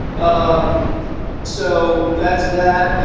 um so, that's that,